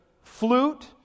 flute